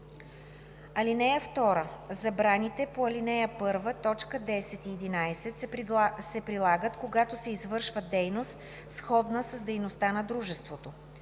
(2) Забраните по ал. 1, т. 10 и 11 се прилагат, когато се извършва дейност, сходна с дейността на дружеството.